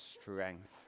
strength